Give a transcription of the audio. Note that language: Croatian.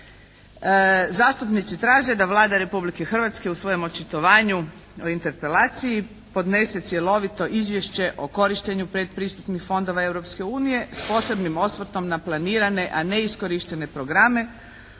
Zastupnici traže da Vlada Republike Hrvatske u svojem očitovanje, u Interpelaciji podnese cjelovito izvješće o korištenju predpristupnih fondova Europske unije sa posebnim osvrtom na planirane, a neiskorištene programe,